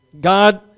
God